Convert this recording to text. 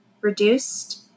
reduced